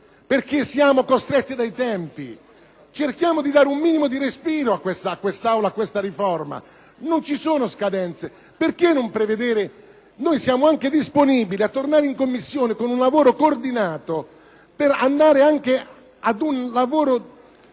perché siamo costretti dai tempi. Cerchiamo di dare un minimo di respiro a quest'Aula e a questa riforma. Non ci sono scadenze. Noi siamo anche disponibili a tornare in Commissione, con un lavoro coordinato, affinché si arrivi